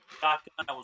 shotgun